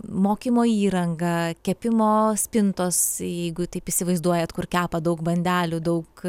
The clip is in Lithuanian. mokymo įranga kepimo spintos jeigu taip įsivaizduojat kur kepa daug bandelių daug